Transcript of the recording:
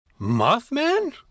Mothman